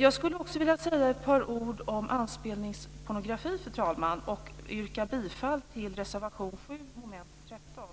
Jag skulle också vilja säga några ord om anspelningspornografi och yrka bifall till reservation 7 under mom. 13.